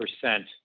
percent